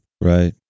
Right